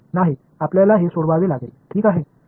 नाही आपल्याला हे सोडवावे लागेल ठीक आहे